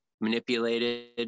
manipulated